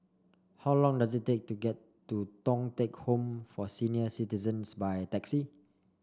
how long does it take to get to Thong Teck Home for Senior Citizens by taxi